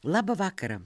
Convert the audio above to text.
labą vakarą